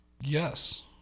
Yes